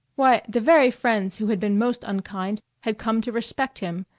why, the very friends who had been most unkind had come to respect him,